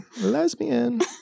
lesbian